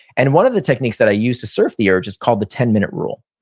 and one of the techniques that i use to surf the urge is called the ten minute rule,